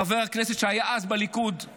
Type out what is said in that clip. חבר הכנסת שהיה אז בקדימה,